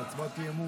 זה הצעות אי-אמון.